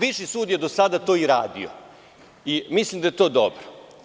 Viši sud je do sada to i radio i mislim da je to dobro.